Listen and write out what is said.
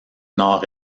nord